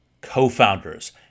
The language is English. co-founders